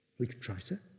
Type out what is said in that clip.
we can try, sir.